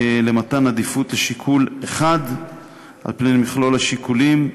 למתן עדיפות לשיקול אחד על פני מכלול השיקולים.